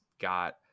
got